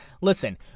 Listen